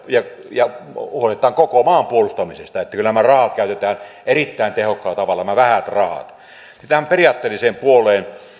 ja huolehditaan koko maan puolustamisesta kyllä nämä rahat käytetään erittäin tehokkaalla tavalla nämä vähät rahat tähän periaatteelliseen puoleen